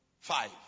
five